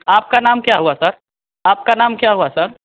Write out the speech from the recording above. आपका नाम क्या हुआ सर आपका नाम क्या हुआ सर